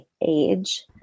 age